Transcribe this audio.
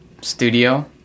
studio